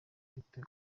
ufite